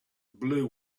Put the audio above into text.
blew